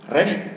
Ready